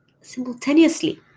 simultaneously